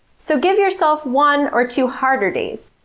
so give yourself one or two harder days,